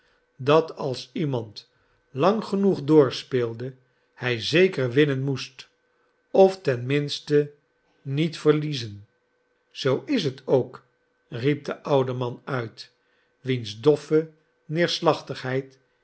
dat als iemand lang genoeg doorspeelde hij zeker winnen moest of ten minste niet verliezen zoo is het ook riep de oude man uit wiens doffe neerslachtigheid